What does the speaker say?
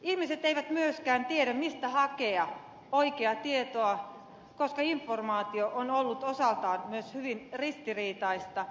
ihmiset eivät myöskään tiedä mistä hakea oikeaa tietoa koska informaatio on ollut osaltaan myös hyvin ristiriitaista